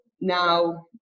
now